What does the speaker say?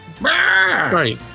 Right